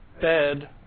bed